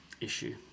issue